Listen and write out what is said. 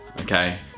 okay